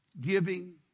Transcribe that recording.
giving